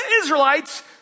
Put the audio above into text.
Israelites